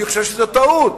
אני חושב שזה טעות.